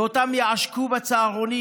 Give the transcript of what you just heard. ואותם עושקים בצהרונים,